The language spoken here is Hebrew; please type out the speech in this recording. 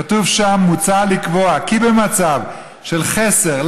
כתוב שם: מוצע לקבוע כי במצב של חסר,